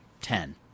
ten